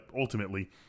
ultimately